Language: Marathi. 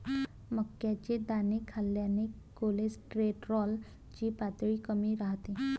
मक्याचे दाणे खाल्ल्याने कोलेस्टेरॉल ची पातळी कमी राहते